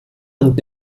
und